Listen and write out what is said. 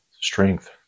strength